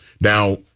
Now